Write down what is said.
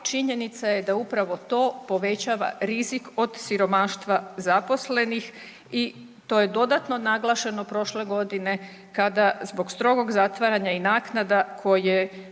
činjenica je da upravo to povećava rizik od siromaštva zaposlenih i to je dodatno naglašeno prošle godine kada zbog strogog zatvaranja i naknada koje